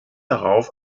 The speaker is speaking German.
darauf